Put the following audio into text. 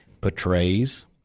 portrays